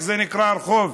איך נקרא הרחוב?